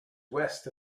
west